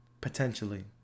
potentially